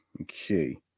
Okay